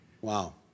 Wow